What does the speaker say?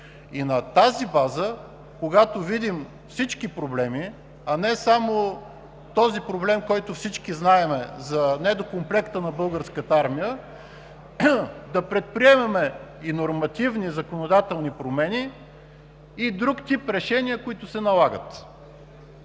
и на тази база, когато видим всички проблеми, а не само този проблем, за който всички знаем – недокомплекта на Българската армия, да предприемем и нормативни законодателни промени и друг тип решения, които се налагат.